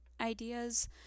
ideas